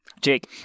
Jake